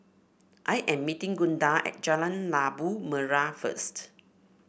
I am meeting Gunda at Jalan Labu Merah first